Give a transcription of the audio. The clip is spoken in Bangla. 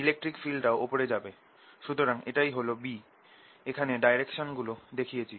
ইলেকট্রিক ফিল্ডটাও ওপরে যাবে সুতরাং এটাই হল B এখানে ডাইরেকশন গুলো দেখিয়েছি